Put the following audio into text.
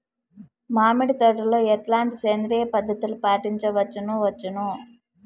మామిడి తోటలో ఎట్లాంటి సేంద్రియ పద్ధతులు పాటించవచ్చును వచ్చును?